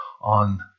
On